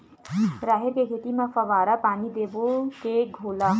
राहेर के खेती म फवारा पानी देबो के घोला?